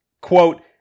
Quote